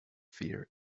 fear